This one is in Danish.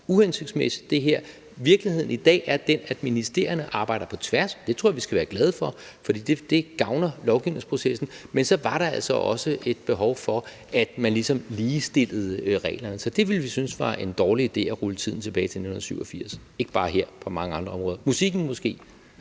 uhensigtsmæssigt. Virkeligheden i dag er den, at ministerierne arbejder på tværs – det tror jeg vi skal være glade for, for det gavner lovgivningsprocessen – men så var der altså også et behov for, at man ligesom ligestillede reglerne. Så vi ville synes, det var en dårlig idé at rulle tiden tilbage til 1987, ikke bare her, men på mange andre områder – lige bortset